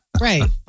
Right